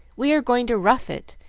we are going to rough it,